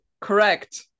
Correct